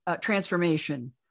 Transformation